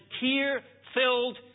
tear-filled